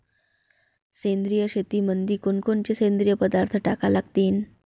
सेंद्रिय शेतीमंदी कोनकोनचे सेंद्रिय पदार्थ टाका लागतीन?